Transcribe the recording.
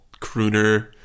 crooner